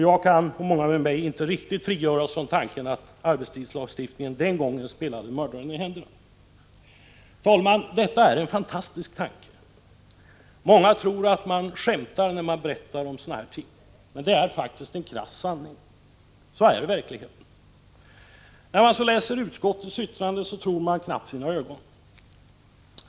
Jag och många med mig kan inte riktigt frigöra oss från tanken att arbetstidslagstiftningen den gången spelade mördaren i händerna. Herr talman! Detta är en så fantastisk händelse, att många tror att man Prot. 1985/86:45 skämtar när man berättar om den. Men det är faktiskt fråga om en krass S december 1985 = verklighet. Ag tr na LT När man läser utskottets skrivning tror man knappt sina ögon.